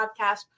podcast